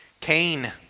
Cain